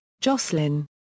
Jocelyn